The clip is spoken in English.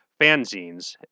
fanzines